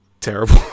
terrible